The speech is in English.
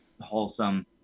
wholesome